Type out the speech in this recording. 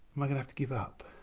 am i gonna have to give up